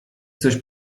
coś